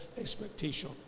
expectation